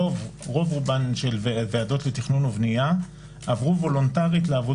רוב-רובן של ועדות לתכנון ובנייה עברו וולונטרית לעבוד